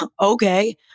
Okay